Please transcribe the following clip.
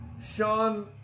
Sean